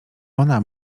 ona